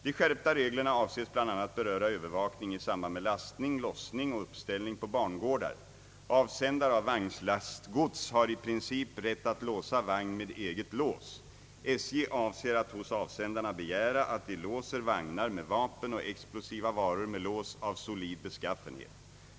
De skärpta reglerna avses bl.a. beröra övervakning i samband med lastning, lossning och uppställning på bangårdar. Avsändare av vagnslastgods har i prin cip rätt att låsa vagn med eget lås. SJ avser att hos avsändarna begära att de låser vagnar med vapen och explosiva varor med lås av solid beskaffenhet.